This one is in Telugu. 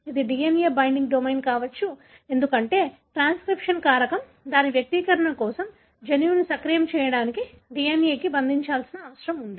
ఇది DNA బైండింగ్ డొమైన్ కావచ్చు ఎందుకంటే ట్రాన్స్క్రిప్షన్ కారకం దాని వ్యక్తీకరణ కోసం జన్యువును సక్రియం చేయడానికి DNA కి బంధించాల్సిన అవసరం ఉంది